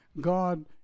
God